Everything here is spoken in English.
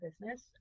business